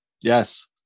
Yes